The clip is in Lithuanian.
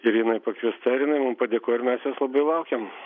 ir jinai pakviesta ir jinai mum padėkojo ir mes jos labai laukiam